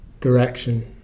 direction